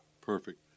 perfect